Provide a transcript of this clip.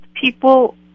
people